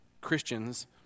Christians